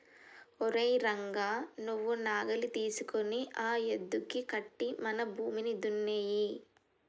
ఓరై రంగ నువ్వు నాగలి తీసుకొని ఆ యద్దుకి కట్టి మన భూమిని దున్నేయి